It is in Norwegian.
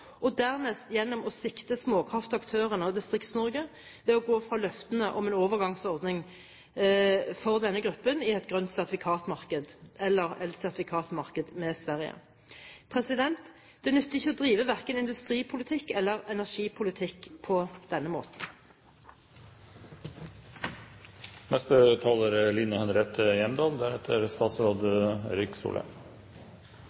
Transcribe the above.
og dernest gjennom å svikte småkraftaktørene og Distrikts-Norge ved å gå fra løftene om en overgangsordning for denne gruppen i et grønt sertifikatmarked, eller elsertifikatmarked med Sverige. Det nytter ikke å drive verken industripolitikk eller energipolitikk på denne måten.